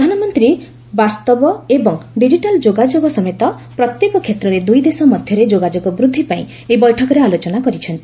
ପ୍ରଧାନମନ୍ତ୍ରୀ ବାସ୍ତବ ଏବଂ ଡିଜିଟାଲ ଯୋଗାଯୋଗ ସମେତ ପ୍ରତ୍ୟେକ କ୍ଷେତ୍ରରେ ଦୁଇଦେଶ ମଧ୍ୟରେ ଯୋଗାଯୋଗ ବୃଦ୍ଧି ପାଇଁ ଏହି ବୈଠକରେ ଆଲୋଚନା କରିଛନ୍ତି